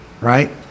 Right